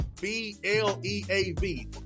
B-L-E-A-V